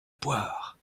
boire